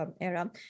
era